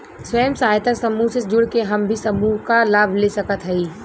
स्वयं सहायता समूह से जुड़ के हम भी समूह क लाभ ले सकत हई?